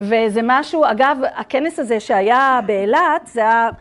וזה משהו, אגב, הכנס הזה שהיה באילת, זה היה...